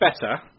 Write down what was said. better